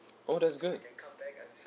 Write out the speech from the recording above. oh that's good